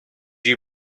you